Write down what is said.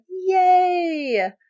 Yay